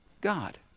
God